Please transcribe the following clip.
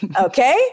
okay